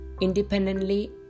independently